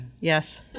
yes